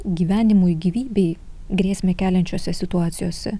gyvenimui gyvybei grėsmę keliančiose situacijose